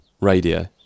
radio